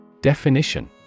Definition